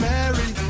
Mary